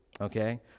okay